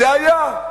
זה היה.